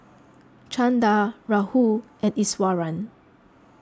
Chanda Rahul and Iswaran